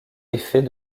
effet